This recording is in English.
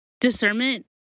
Discernment